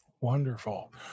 Wonderful